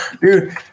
Dude